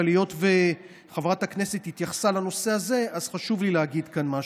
אבל היות שחברת הכנסת התייחסה לנושא הזה אז חשוב לי להגיד כאן משהו: